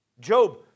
Job